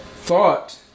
thought